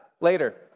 later